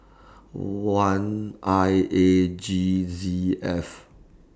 one I A G Z F